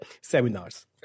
seminars